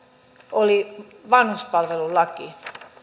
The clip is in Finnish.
oli vanhuspalvelulaki